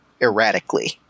erratically